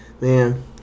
man